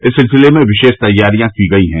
इस सिलसिले में विशेष तैयारियां की गई है